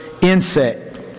insect